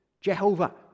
Jehovah